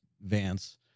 Vance